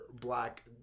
black